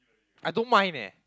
I don't mind eh